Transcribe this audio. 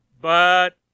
But—